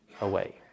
away